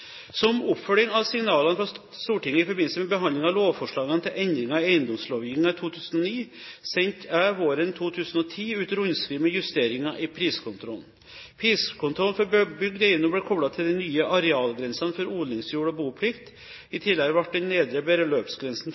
Som oppfølging av signalene fra Stortinget i forbindelse med behandlingen av lovforslagene til endringer i eiendomslovgivningen i 2009 sendte jeg våren 2010 ut rundskriv med justeringer i priskontrollen. Priskontrollen for bebygd eiendom ble koblet til de nye arealgrensene for odlingsjord og boplikt. I tillegg ble den nedre